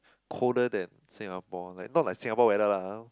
colder than Singapore like not like Singapore weather lah !huh!